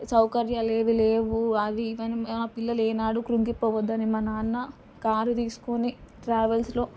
సౌకర్యాలేవీ లేవు అవి ఇవి అని నా పిల్లలు ఏనాడు కృంగిపోవద్దు అని మా నాన్న కారు తీసుకొని ట్రావెల్స్లో